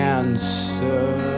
answer